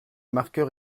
marqueur